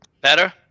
Better